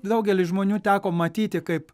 daugelis žmonių teko matyti kaip